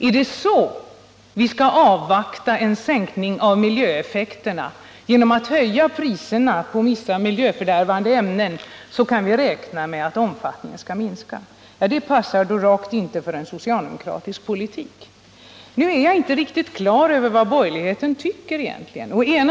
Skall vi genom att höja priserna på vissa miljöfördärvande ämnen avvakta en sänkning av miljöeffekterna och den vägen räkna med att kvävegödslingen minskar i omfattning? Det stämmer då rakt inte med en socialdemokratisk politik. Nu är jag inte riktigt klar över vad borgerligheten egentligen tycker.